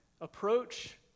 approach